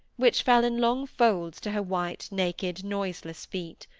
which fell in long folds to her white, naked, noiseless feet.